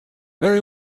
very